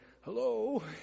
hello